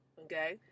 okay